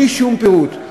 בלי שום פירוט.